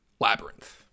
Labyrinth